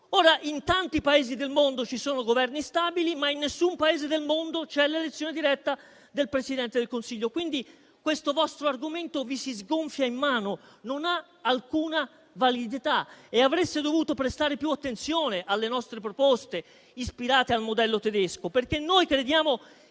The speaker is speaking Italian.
In tanti Paesi del mondo ci sono Governi stabili, ma in nessun Paese del mondo c'è l'elezione diretta del Presidente del Consiglio. Questo vostro argomento vi si sgonfia in mano, non ha alcuna validità. Avreste dovuto prestare più attenzione alle nostre proposte, ispirate al modello tedesco, perché noi crediamo